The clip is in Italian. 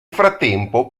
frattempo